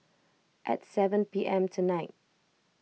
at seven P M tonight